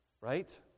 right